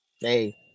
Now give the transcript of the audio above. Hey